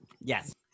Yes